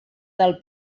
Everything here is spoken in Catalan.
del